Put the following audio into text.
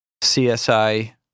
CSI